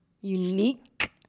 unique